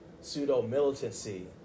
pseudo-militancy